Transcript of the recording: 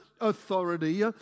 authority